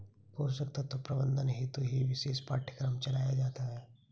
पोषक तत्व प्रबंधन हेतु ही विशेष पाठ्यक्रम चलाया जाता है